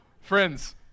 Friends